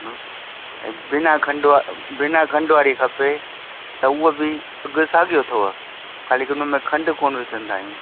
न ऐं बिना खंडु वा बिना खंडु वारी खपे त उअ बी अघ साॻियो अथव ख़ाली हुनमें खंडु कोन विझंदा आहियूं